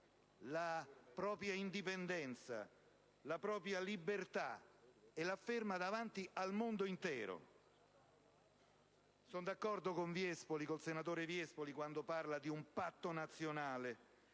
la propria indipendenza e la propria libertà davanti al mondo intero. Sono d'accordo con il senatore Viespoli quando parla di un patto nazionale